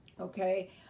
Okay